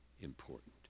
important